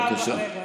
הכול מוכן, גברת.